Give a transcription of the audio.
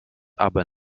aber